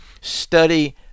Study